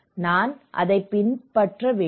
நான் அதைப் பின்பற்ற வேண்டும்